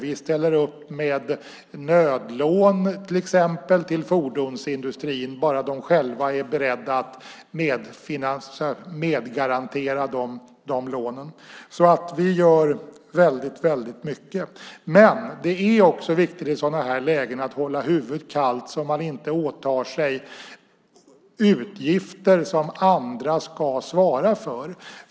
Vi ställer upp till exempel med nödlån till fordonsindustrin bara de själva är beredda att medgarantera lånen. Vi gör alltså väldigt mycket. Men det är viktigt i sådana här lägen att hålla huvudet kallt så att man inte åtar sig utgifter som andra ska svara för.